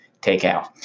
takeout